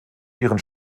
ihren